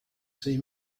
see